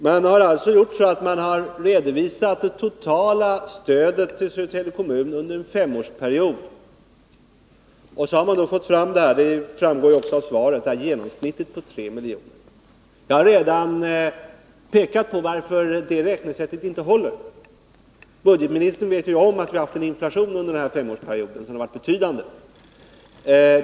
Man har alltså redovisat det totala stödet till Södertälje kommun under en femårsperiod, och sedan har man — det framgår också av svaret — fått fram ett genomsnitt på 3 miljoner. Jag har redan pekat på varför det sättet att räkna inte håller. Budgetministern vet ju om att vi har haft en betydande inflation under, denna femårsperiod.